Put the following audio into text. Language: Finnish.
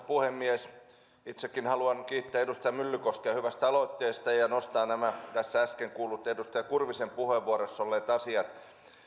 puhemies itsekin haluan kiittää edustaja myllykoskea hyvästä aloitteesta ja ja nostaa nämä tässä äsken kuullut edustaja kurvisen puheenvuorossa olleet asiat